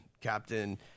captain